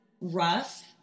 rough